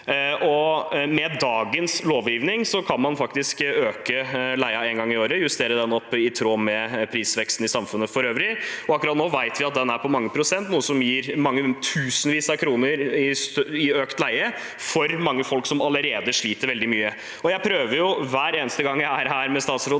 Med dagens lovgivning kan man faktisk øke leien en gang i året og justere den opp i tråd med prisveksten i samfunnet for øvrig. Vi vet at den akkurat nå er på mange prosent, noe som gir tusenvis av kroner i økt leie for mange folk som allerede sliter veldig mye. Hver eneste gang jeg er her med statsråden,